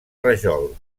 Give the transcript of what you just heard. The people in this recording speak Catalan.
rajol